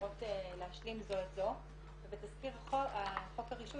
כרטיסי חיוב